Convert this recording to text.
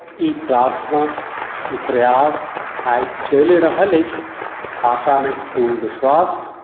ई प्रार्थना ई प्रयास आइ चलि रहल अछि आशा नहि पूर्ण विश्वास